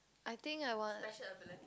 I think I want